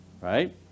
Right